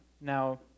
Now